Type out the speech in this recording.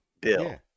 Bill